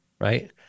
right